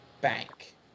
bank